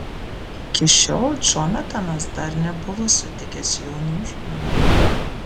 iki šiol džonatanas dar nebuvo sutikęs jaunų žmonių